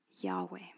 Yahweh